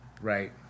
right